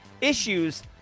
issues